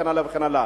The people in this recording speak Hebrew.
וכן הלאה וכן הלאה.